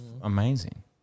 amazing